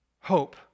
hope